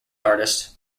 artist